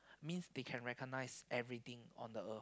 means they can recognise everything on the earth